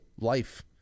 life